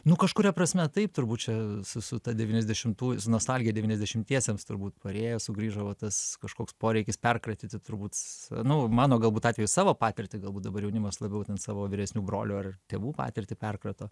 nu kažkuria prasme taip turbūt čia su su ta devyniasdešimtų su nostalgija devyniasdešimtiesiems turbūt parėjo sugrįžo va tas kažkoks poreikis perkratyti turbūt nu mano galbūt atveju savo patirtį galbūt dabar jaunimas labiau ten savo vyresnių brolių ar tėvų patirtį perkrato